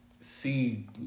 see